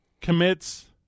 commits